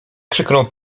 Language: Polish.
krzyknął